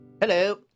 Hello